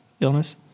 illness